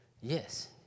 Yes